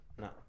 No